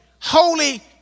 holy